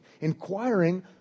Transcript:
inquiring